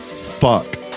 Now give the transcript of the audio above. fuck